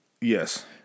Yes